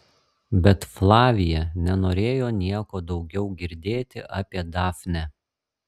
bet flavija nenorėjo nieko daugiau girdėti apie dafnę